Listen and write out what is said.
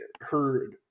heard